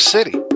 City